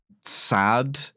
sad